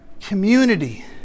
community